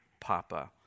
Papa